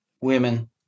women